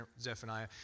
Zephaniah